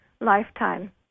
lifetime